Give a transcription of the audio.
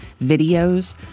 videos